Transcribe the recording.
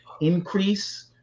increase